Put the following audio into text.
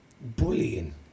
bullying